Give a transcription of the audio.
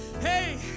hey